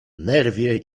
nerwie